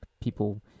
people